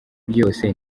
byose